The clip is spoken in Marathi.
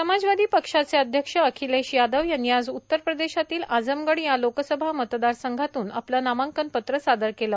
समाजवादी पक्षाचे अध्यक्ष अखिलेश यादव यांनी आज उत्तर प्रदेशातील आजमगड या लोकसभा मतदारसंघातून आपले नामांकन पत्र सादर केले